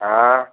हाँ